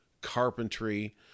carpentry